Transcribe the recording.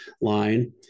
line